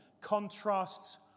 contrasts